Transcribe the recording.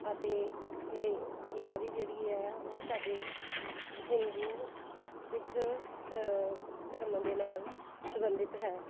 ਅਤੇ ਇਹ ਦਿਵਾਲੀ ਜਿਹੜੀ ਹੈ ਉਹ ਸਾਡੇ ਹਿੰਦੂ ਸਿੱਖ ਧ ਧਰਮਾਂ ਦੇ ਨਾਲ ਸੰਬੰਧਿਤ ਹੈ